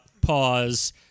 pause